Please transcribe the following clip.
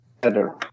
better